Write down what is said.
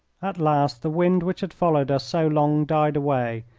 at last the wind which had followed us so long died away,